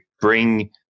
bring